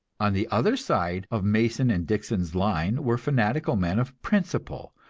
on the other side of mason and dixon's line were fanatical men of principle,